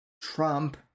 Trump